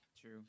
True